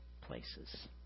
places